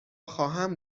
خواهم